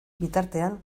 bitartean